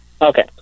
Okay